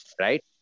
right